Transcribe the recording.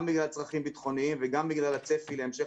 גם בגלל צרכים ביטחוניים וגם בגלל הצפי להמשך